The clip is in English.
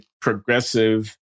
progressive